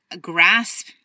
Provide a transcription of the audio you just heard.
grasp